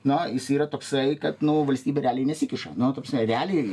na jis yra toksai kad valstybė realiai nesikiša nu ta prasme realiai